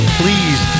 please